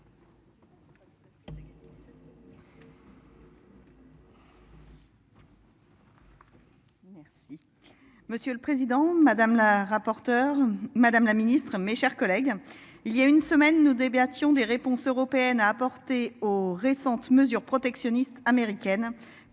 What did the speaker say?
rapporteure Madame la Ministre, mes chers collègues. Il y a une semaine nous débattions des réponses européennes à apporter aux récentes mesures protectionnistes américaines